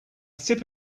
sip